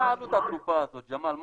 מה עלות התרופה הזאת, ג'מאל?